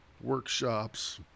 workshops